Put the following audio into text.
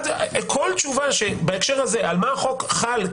כל תשובה בהקשר הזה על מה החוק חל,